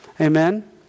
Amen